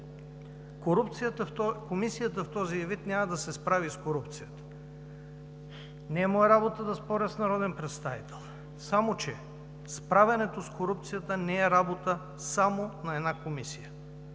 Комисията в този ѝ вид няма да се справи с корупцията. Не е моя работа да споря с народен представител. Само че справянето с корупцията не е работа само на една комисия,